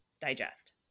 digest